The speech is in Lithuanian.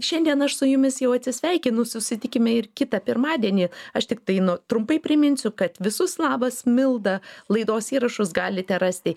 šiandien aš su jumis jau atsisveikinu susitikime ir kitą pirmadienį aš tiktai nu trumpai priminsiu kad visus labas milda laidos įrašus galite rasti